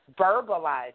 verbalize